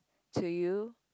to you